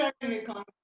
economy